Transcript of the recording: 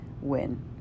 win